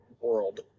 world